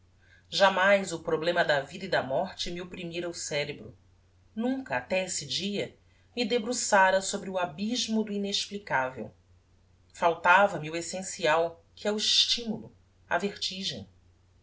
jamais o problema da vida e da morte me opprimira o cerebro nunca até esse dia me debruçara sobre o abysmo do inexplicavel faltava-me o essencial que é o estimulo a vertigem